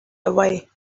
away